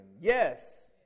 Yes